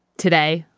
today,